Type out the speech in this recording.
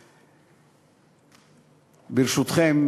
ברשותכם,